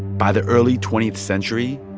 by the early twentieth century,